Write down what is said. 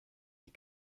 die